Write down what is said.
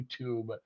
YouTube